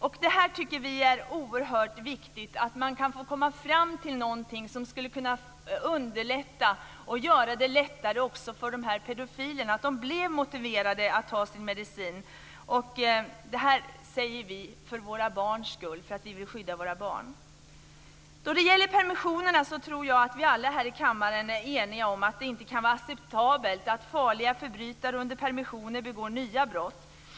Vi tycker att det är oerhört viktigt att man kan komma fram till något som skulle kunna göra det lättare för dessa pedofiler så att de blev motiverade att ta sin medicin. Detta säger vi för våra barns skull, för att vi vill skydda våra barn. När det gäller permissioner så tror jag att vi alla här i kammaren är eniga om att det inte kan vara acceptabelt att farliga förbrytare under permissioner begår nya brott.